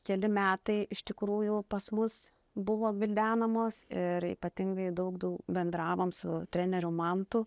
keli metai iš tikrųjų pas mus buvo gvildenamos ir ypatingai daug daug bendravom su treneriu mantu